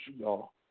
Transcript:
y'all